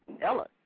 Ellis